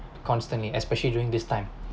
constantly especially during this time